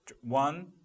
One